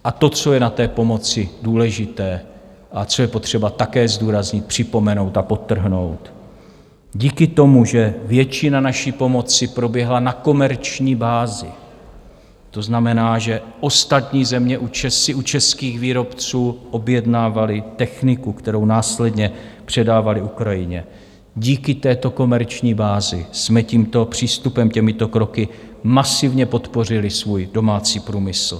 A to, co je na té pomoci důležité a co je potřeba také zdůraznit, připomenout a podtrhnout, díky tomu, že většina naší pomoci proběhla na komerční bázi, to znamená, že ostatní země si u českých výrobců objednávaly techniku, kterou následně předávaly Ukrajině, díky této komerční bázi jsme tímto přístupem, těmito kroky masivně podpořili svůj domácí průmysl.